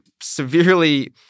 severely